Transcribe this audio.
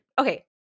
Okay